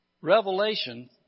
Revelation